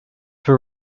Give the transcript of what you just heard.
were